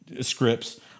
scripts